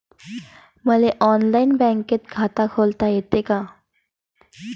मले online bank खात खोलता येते का?